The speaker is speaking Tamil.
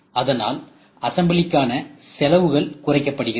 அதனால் அசம்பிளி காண செலவுகள் குறைக்கப்படுகிறது